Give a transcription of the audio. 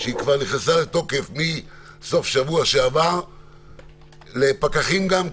שכבר נכנסה לתוקף מסוף שבוע שעבר לפקחים גם כן.